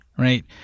right